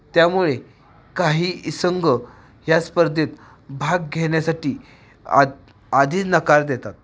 त्यामुळे काही इ संघ ह्या स्पर्धेत भाग घेण्यासाठी आ आधी नकार देतात